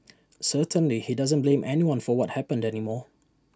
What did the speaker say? certainly he doesn't blame anyone for what happened anymore